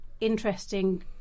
interesting